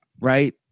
right